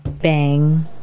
Bang